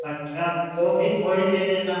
अच्छा वो भी थोड़ी दे देना